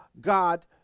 God